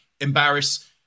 embarrass